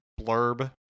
blurb